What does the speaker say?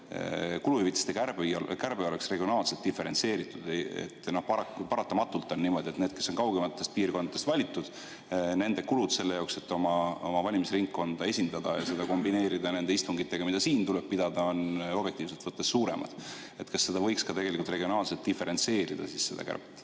kuluhüvitiste kärbe oleks regionaalselt diferentseeritud? Paratamatult on niimoodi, et nendel, kes on kaugematest piirkondadest valitud, on kulud selle jaoks, et oma valimisringkonda esindada ja seda kombineerida istungitega, mida siin tuleb pidada, objektiivselt võttes suuremad. Kas seda kärbet võiks regionaalselt diferentseerida? See